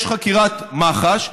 יש חקירת מח"ש,